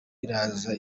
iraza